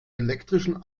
elektrischen